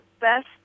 best